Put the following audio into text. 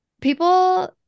people